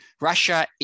Russia